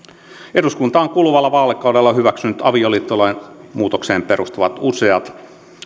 on kuluvalla vaalikaudella hyväksynyt avioliittolain muutokseen perustuvat useat